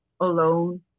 alone